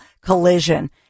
collision